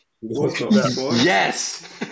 yes